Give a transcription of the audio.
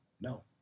no